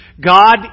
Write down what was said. God